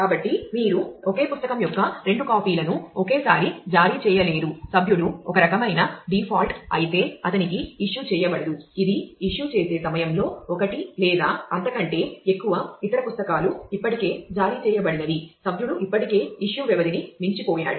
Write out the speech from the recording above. కాబట్టి మీరు ఒకే పుస్తకం యొక్క రెండు కాపీలను ఒకేసారి జారీ చేయలేరు సభ్యుడు ఒక రకమైన డిఫాల్ట్ చేయబడదు ఇది ఇష్యూ చేసే సమయంలో ఒకటి లేదా అంతకంటే ఎక్కువ ఇతర పుస్తకాలు ఇప్పటికే జారీ చేయబడినవి సభ్యుడు ఇప్పటికే ఇష్యూ వ్యవధిని మించిపోయాడు